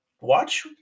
watch